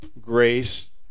grace